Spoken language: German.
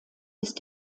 ist